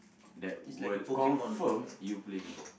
that will confirm you play before